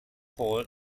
paul